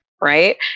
right